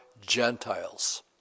Gentiles